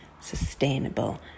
sustainable